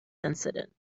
incident